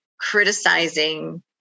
criticizing